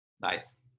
Nice